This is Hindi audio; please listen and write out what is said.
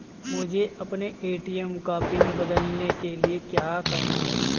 मुझे अपने ए.टी.एम का पिन बदलने के लिए क्या करना होगा?